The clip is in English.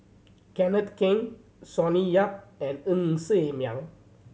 Kenneth Keng Sonny Yap and Ng Ser Miang